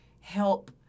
help